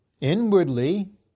inwardly